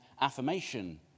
affirmation